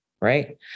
right